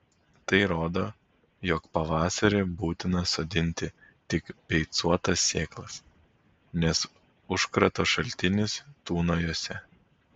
tai rodo jog pavasarį būtina sodinti tik beicuotas sėklas nes užkrato šaltinis tūno jose